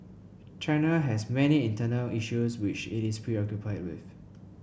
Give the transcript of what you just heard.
China has many internal issues which it is preoccupied with